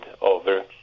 over